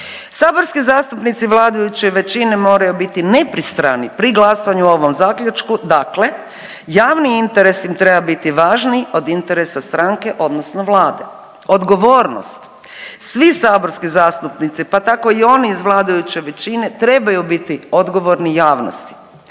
Saborski zastupnici vladajuće većine moraju biti nepristrani pri glasovanju o ovom zaključku. Dakle, javni interesi im treba biti važniji od interesa stranke odnosno Vlade. Odgovornost. Svi saborski zastupnici, pa tako i oni iz vladajuće većine trebaju biti odgovorni javnosti.